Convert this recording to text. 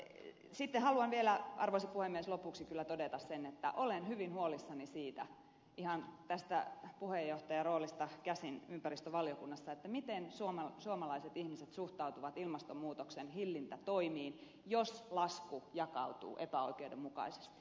sitten haluan vielä arvoisa puhemies lopuksi kyllä todeta sen että olen hyvin huolissani siitä ihan tästä puheenjohtajaroolista käsin ympäristövaliokunnassa miten suomalaiset ihmiset suhtautuvat ilmastonmuutoksen hillintätoimiin jos lasku jakautuu epäoikeudenmukaisesti